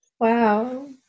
Wow